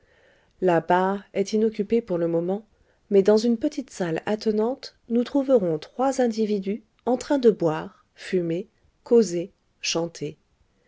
la bar est inoccupée pour le moment mais dans une petite salle attenante nous trouverons trois individus en train de boire fumer causer chanter